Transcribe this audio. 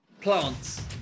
Plants